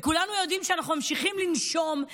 וכולנו יודעים שאנחנו ממשיכים לנשום,